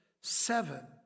seven